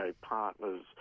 partners